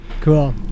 Cool